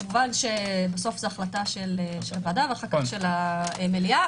כמובן בסוף זו החלטת הוועדה והמליאה.